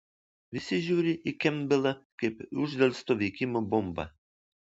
visi žiūri į kempbelą kaip į uždelsto veikimo bombą